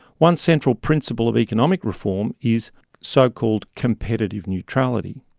one central principle of economic reform is so-called competitive neutrality.